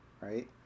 right